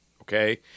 okay